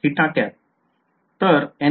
विध्यार्थी